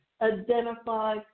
identify